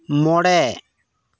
ᱢᱚᱬᱮ